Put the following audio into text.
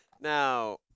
Now